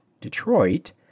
Detroit